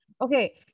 okay